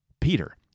Peter